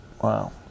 wow